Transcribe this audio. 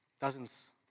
dozens